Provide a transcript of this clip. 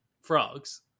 frogs